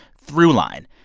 throughline.